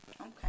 Okay